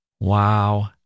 Wow